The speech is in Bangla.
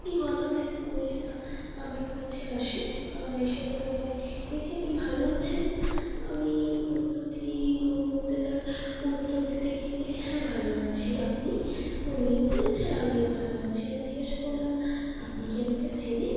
তখনই হঠাৎ এক মহিলা আমার কাছে আসে এসে পড়ে বলে দিদি আপনি ভালো আছেন আমি প্রতি মুহূর্তে তার উত্তর দিতে গিয়ে বলি হ্যাঁ ভালো আছি আপনি উনিও বলেন হ্যাঁ আমিও ভালো আছি আমি জিজ্ঞেস করলাম আপনি কি আমাকে চেনেন